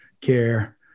care